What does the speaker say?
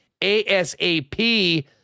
ASAP